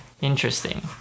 Interesting